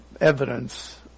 evidence